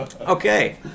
Okay